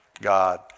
God